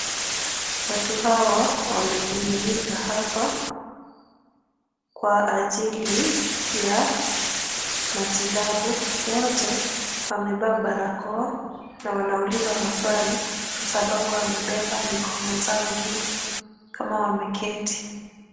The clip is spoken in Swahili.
Watu hawa wamejumuika hapa kwa ajili ya matibabu, wote wamevaa barakoa na wanauliza maswali kwasababu wamebeba mikono zao juu kama wameketi.